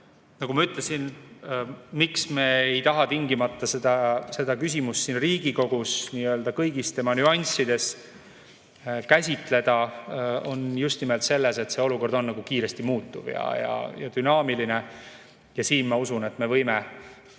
[põhjus, miks] me ei taha tingimata seda küsimust siin Riigikogus kõigis tema nüanssides käsitleda, on just nimelt selles, et see olukord on kiiresti muutuv ja dünaamiline. Siin, ma usun, me võime